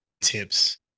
tips